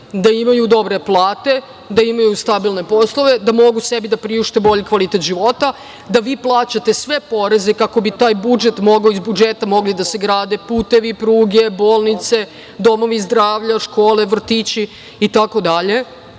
da imaju dobre plate, da imaju stabilne poslove, da mogu sebi da priušte bolji kvalitet života, da vi plaćate sve poreze kako bi iz budžeta mogli da se grade putevi, pruge, bolnice, domovi zdravlja, škole, vrtići itd.